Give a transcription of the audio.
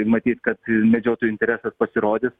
matyt kad medžiotojų interesas pasirodys